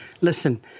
Listen